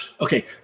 Okay